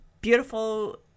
beautiful